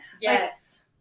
Yes